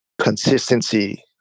consistency